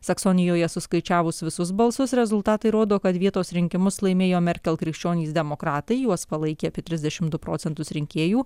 saksonijoje suskaičiavus visus balsus rezultatai rodo kad vietos rinkimus laimėjo merkel krikščionys demokratai juos palaikė apie trisdešimt du procentus rinkėjų